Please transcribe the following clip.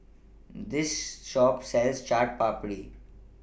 This Shop sells Chaat Papri